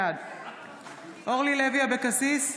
בעד אורלי לוי אבקסיס,